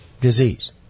disease